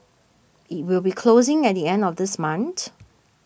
it will be closing at the end of this month